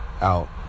out